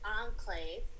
enclave